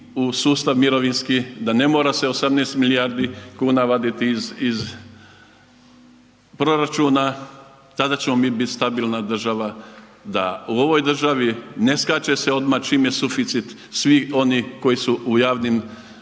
u sustav mirovinski, da ne mora se 18 milijardi kuna vaditi iz proračuna, tada ćemo mi bit stabilna država da u ovoj državi ne skače se odmah čim je suficit svi oni koji su u javnim sektorima